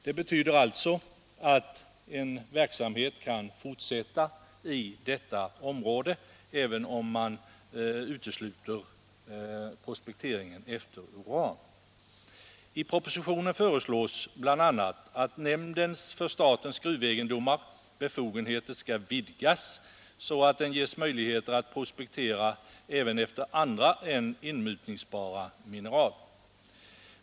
Det betyder att en verksamhet kan fortsätta i detta område även om man utesluter prospekteringen av uran. I propositionen föreslås bl.a. att befogenheterna för nämnden för statens gruvegendomar skall vidgas, så att den ges möjlighet att prospektera även andra än inmutningsbara mineral.